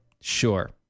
Sure